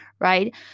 right